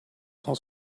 cent